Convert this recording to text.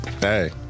Hey